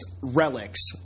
relics